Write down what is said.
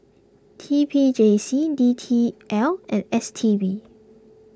T P J C D T L and S T B